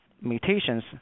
mutations